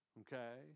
okay